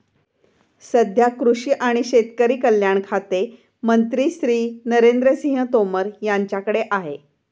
सध्या कृषी आणि शेतकरी कल्याण खाते मंत्री श्री नरेंद्र सिंह तोमर यांच्याकडे आहे